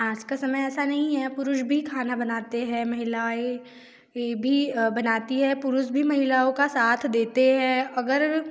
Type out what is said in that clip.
आज का समय ऐसा नहीं है पुरुष भी खाना बनाते हैं महिलाएं भी बनाती है पुरुष भी महिलाओं का साथ देते हैं अगर